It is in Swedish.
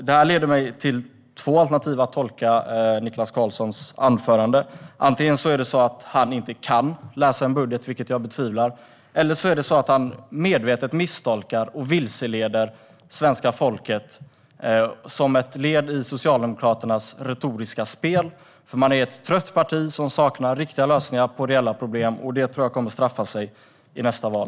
Detta ger mig två sätt att tolka Niklas Karlssons anförande. Antingen kan han inte läsa en budget, vilket jag betvivlar, eller så misstolkar och vilseleder han medvetet svenska folket som ett led i Socialdemokraternas retoriska spel. Man är ett trött parti som saknar riktiga lösningar på reella problem, och det tror jag kommer att straffa sig i nästa val.